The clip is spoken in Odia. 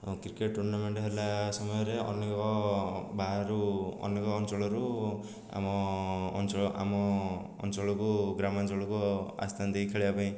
ହଁ କ୍ରିକେଟ୍ ଟୁର୍ଣ୍ଣାମେଣ୍ଟ୍ ହେଲା ସମୟରେ ଅନେକ ବାହାରୁ ଅନେକ ଅଞ୍ଚଳରୁ ଆମ ଅଞ୍ଚଳ ଆମ ଅଞ୍ଚଳକୁ ଗ୍ରାମାଞ୍ଚଳକୁ ଆସିଥାନ୍ତି ଖେଳିବା ପାଇଁ